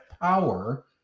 power